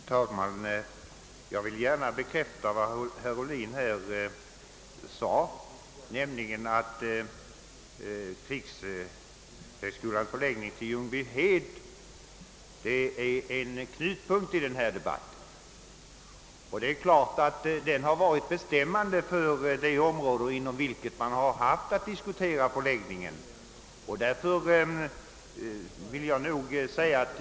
Herr talman! Jag vill gärna bekräfta vad herr Ohlin sade, nämligen att flygskolans förläggning i Ljungbyhed är en knutpunkt i denna debatt. Den har givetvis varit bestämmande för inom vilket område man skulle kunna lägga en flygplats.